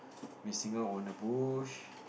missing out on a bush